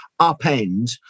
upend